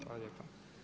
Hvala lijepa.